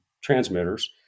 transmitters